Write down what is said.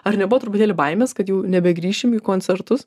ar nebuvo truputėlį baimės kad jau nebegrįšim į koncertus